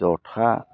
जथा